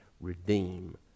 Redeem